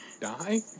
die